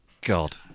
God